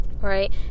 right